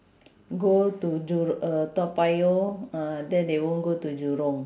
go to ju~ uh toa payoh ah then they won't go to jurong